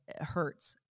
hurts